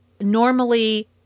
normally